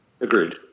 Agreed